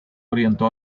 orientó